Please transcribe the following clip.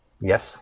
Yes